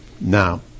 Now